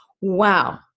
wow